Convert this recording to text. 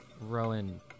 Rowan